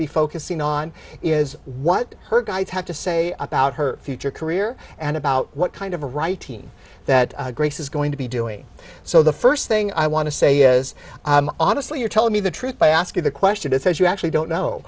to be focusing on is what her guys have to say about her future career and about what kind of writing that grace is going to be doing so the first thing i want to say is honestly you're telling me the truth by asking the question is you actually don't know